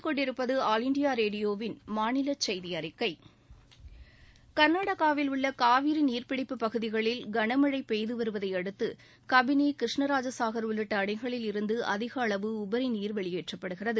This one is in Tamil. கர்நாடகாவில் உள்ள காவிரி நீர்ப்பிடிப்பு பகுதிகளில் கனமழை பெய்து வருவதையடுத்து கபினி கிருஷ்ணராஜசாகர் உள்ளிட்ட அணைகளில் இருந்து அதிக அளவு உபரி நீர் வெளியேற்றப்படுகிறது